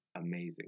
amazing